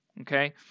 okay